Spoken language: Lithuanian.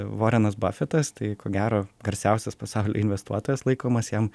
vorenas bafetas tai ko gero garsiausias pasaulio investuotojas laikomas jam